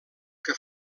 que